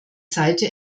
seite